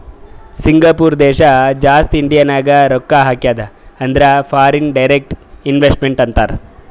Singapore ದೇಶ ಜಾಸ್ತಿ ಇಂಡಿಯಾನಾಗ್ ರೊಕ್ಕಾ ಹಾಕ್ಯಾದ ಅಂದುರ್ ಫಾರಿನ್ ಡೈರೆಕ್ಟ್ ಇನ್ವೆಸ್ಟ್ಮೆಂಟ್ ಅಂತಾರ್